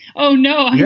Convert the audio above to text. oh, no.